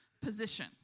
position